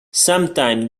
sometime